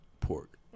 pork